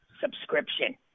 subscription